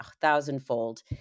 thousandfold